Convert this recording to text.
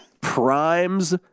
Prime's